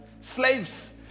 Slaves